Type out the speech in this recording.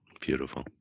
beautiful